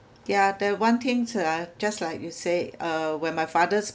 yeah that one thing uh just like you say uh when my father's